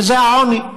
וזה העוני.